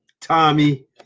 Tommy